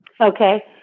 Okay